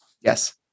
yes